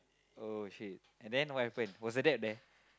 oh shit and then what happen was her dad there